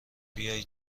بیای